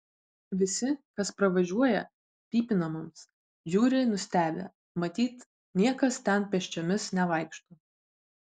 visi kas pravažiuoja pypina mums žiūri nustebę matyt niekas ten pėsčiomis nevaikšto